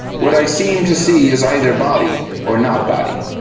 what i seem to see is either body or not body.